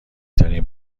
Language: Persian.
ترین